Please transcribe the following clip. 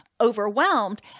overwhelmed